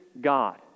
God